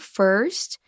first